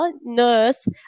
nurse